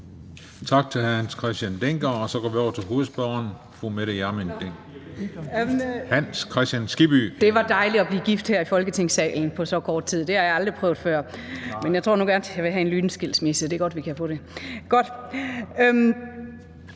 Det var dejligt at blive gift så hurtigt her i Folketingssalen, det har jeg aldrig prøvet før – men jeg tror nu godt, jeg vil have en lynskilsmisse. Så det er godt, at vi kan få det.